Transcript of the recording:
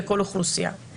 לכל אוכלוסייה.